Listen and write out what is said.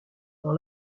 dans